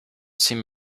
seem